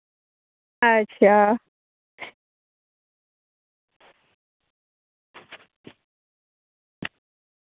अच्छा